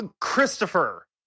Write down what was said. Christopher